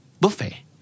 Buffet